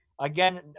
again